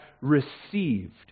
received